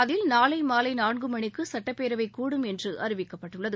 அதில் நாளை மாலை நான்கு மணிக்கு சுட்டப்பேரவை கூடும் என்று அறிவிக்கப்பட்டுள்ளது